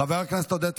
חבר הכנסת עודד פורר,